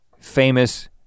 famous